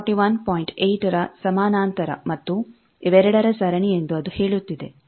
8 ರ ಸಮಾನಾಂತರ ಮತ್ತು ಇವೆರಡರ ಸರಣಿ ಎಂದು ಅದು ಹೇಳುತ್ತಿದೆ